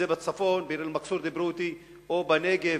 אם זה בצפון, ביר-אל-מכסור דיברו אתי, או בנגב,